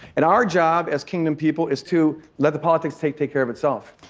and our job as kingdom people is to let the politics take take care of itself.